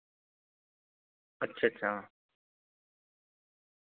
अच्छा अच्छा